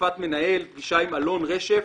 החלפת מנהל, פגישה עם אלון רשף,